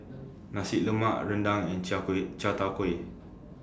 Nasi Lemak Rendang and Chai Kuay Chai Tow Kuay